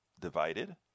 divided